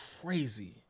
crazy